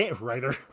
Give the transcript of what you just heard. Writer